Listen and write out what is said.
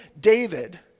David